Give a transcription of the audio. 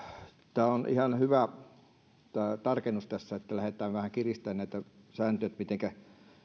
tässä on ihan hyvä tämä tarkennus että lähdetään vähän kiristämään näitä sääntöjä mitenkä